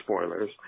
spoilers